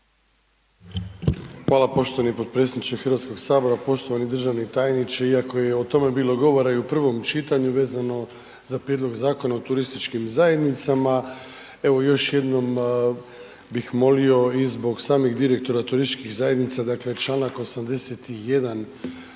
Hvala poštovani potpredsjedniče Hrvatskog sabora, poštovani državni tajniče iako je i o tome bilo govora i u prvom čitanju vezano za Prijedlog Zakona o turističkim zajednicama evo još jednom bih molio i zbog samih direktora turističkih zajednica, dakle Članak 81. ovoga